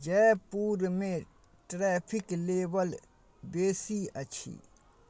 जयपुर मे traffic level बेसी अछी